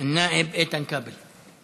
א-נאאב איתן כבל.